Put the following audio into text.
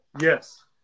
Yes